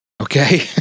Okay